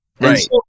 Right